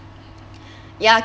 ya